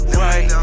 right